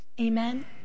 Amen